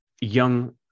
Young